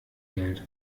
geld